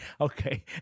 Okay